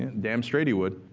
and damn straight he would.